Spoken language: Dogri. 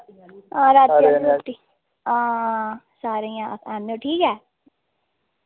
हां सारें ई आह्नेओ ठीक ऐ